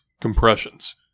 compressions